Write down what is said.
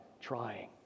trying